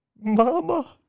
Mama